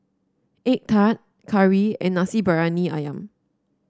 egg tart curry and Nasi Briyani ayam